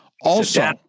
Also-